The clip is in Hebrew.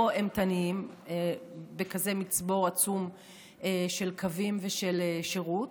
אימתניים עם כזה מצבור עצום של קווים ושל שירות,